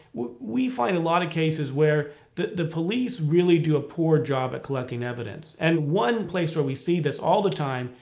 we find a lot of cases where the the police really do a poor job of collecting evidence. and one place where we see this, all the time,